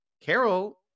Carol